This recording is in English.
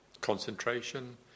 Concentration